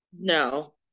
No